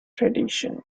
tradition